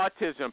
autism